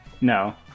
No